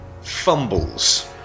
fumbles